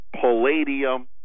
palladium